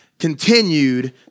continued